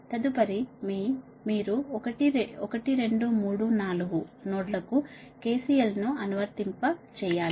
తదుపరి మీరు 1 రెండు 3 4 నోడ్లకు KCL ను అనువర్తింప చేయాలి